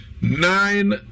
nine